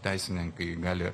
teisininkai gali